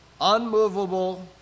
unmovable